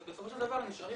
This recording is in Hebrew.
אז בסופו של דבר נשארים